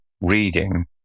reading